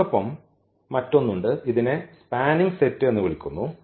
അതോടൊപ്പം മറ്റൊന്ന് ഉണ്ട് ഇതിനെ സ്പാനിംഗ് സെറ്റ് എന്ന് വിളിക്കുന്നു